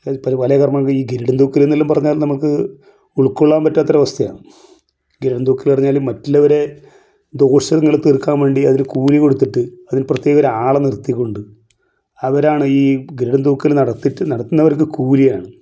അതായത് പല കർമ്മ ഈ ഗരുഡൻ തൂക്കലെന്നെല്ലാം പറഞ്ഞാൽ നമുക്ക് ഉൾക്കൊള്ളാൻ പറ്റാത്തൊരവസ്ഥയാന്ന് ഗരുഡൻ തൂക്കൽ പറഞ്ഞാൽ മറ്റുള്ളവരെ ദോഷങ്ങൾ തീർക്കാൻ വേണ്ടി അവർ കൂലി കൊടുത്തിട്ട് അവർ പ്രത്യേക ഒരാളെ നിർത്തിക്കൊണ്ട് അവരാണ് ഈ ഗരുഡൻ തൂക്കൽ നടത്തിയിട്ട് നടത്തുന്നവർക്ക് കൂലിയാണ്